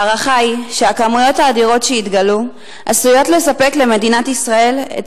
ההערכה היא שהכמויות האדירות שהתגלו עשויות לספק למדינת ישראל את